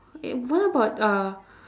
okay what about uh